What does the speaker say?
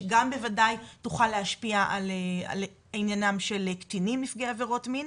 שגם בוודאי תוכל להשפיע על עניינם של קטינים נפגעי עבירות מין.